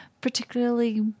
particularly